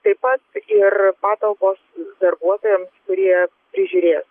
taip pat ir patalpos darbuotojam kurie prižiūrės